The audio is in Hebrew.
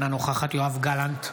אינה נוכחת יואב גלנט,